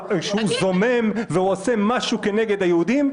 שהוא זומם ועושה משהו נגד היהודים,